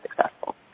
successful